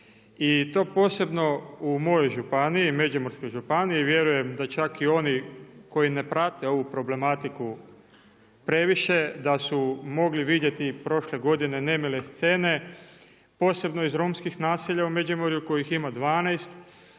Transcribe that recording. i to posebno u mojoj županiji, Međimurskoj županiji, vjerujem da čak i oni koji ne prate ovu problematiku previše, da su mogli vidjeti prošle godine nemile scene, posebno iz romskih naselja u Međimurju, kojih ima 12,